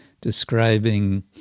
describing